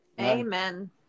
amen